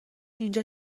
اینجا